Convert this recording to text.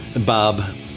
Bob